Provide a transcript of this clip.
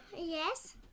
Yes